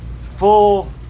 full